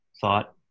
thought